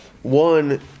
one